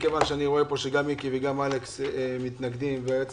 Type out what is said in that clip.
למרות שהשרים שלנו בעד, אני חושב שלטובת העניין